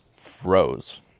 froze